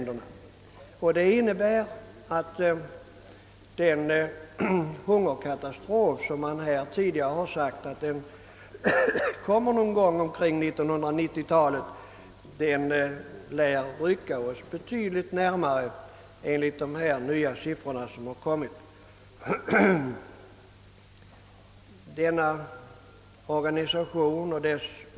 Den hungerkatastrof, som man tidigare räknade med skulle komma omkring år 1990, ligger enligt de nya beräkningarna betydligt närmare än så.